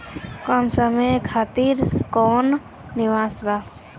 कम समय खातिर कौनो निवेश बा?